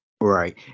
Right